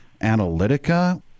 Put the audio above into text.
Analytica